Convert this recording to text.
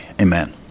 Amen